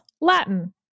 Latin